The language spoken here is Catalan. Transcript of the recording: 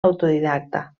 autodidacta